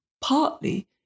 partly